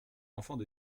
enfants